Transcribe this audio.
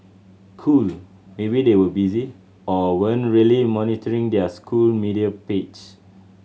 cool maybe they were busy or weren't really monitoring their school media page